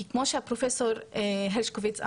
כי כמו שפרופ' הרשקוביץ אמר,